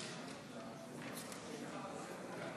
הצעת החוק לא התקבלה.